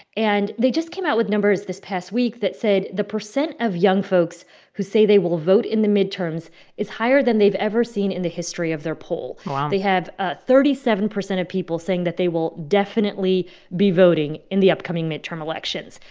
and they just came out with numbers this past week that said the percent of young folks who say they will vote in the midterms is higher than they've ever seen in the history of their poll. ah they have ah thirty seven percent of people saying that they will definitely be voting in the upcoming midterm elections.